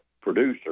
producer